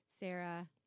Sarah